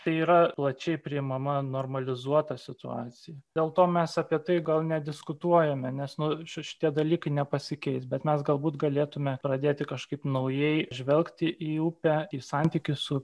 tai yra plačiai priimama normalizuota situacija dėl to mes apie tai gal nediskutuojame nes nu ši šitie dalykai nepasikeis bet mes galbūt galėtume pradėti kažkaip naujai žvelgti į upę į santykį su